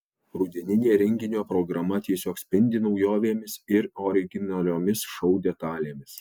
rudeninė renginio programa tiesiog spindi naujovėmis ir originaliomis šou detalėmis